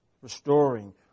Restoring